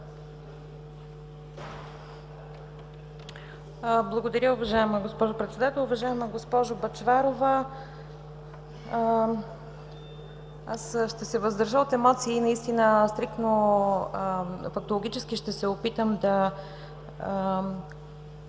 Благодаря, уважаема госпожо Председател. Уважаема госпожо Бъчварова, аз ще се въздържа от емоции, наистина стриктно фактологически ще се опитам да